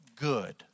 good